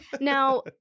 Now